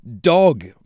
dog